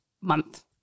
month